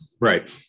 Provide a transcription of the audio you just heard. right